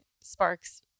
sparks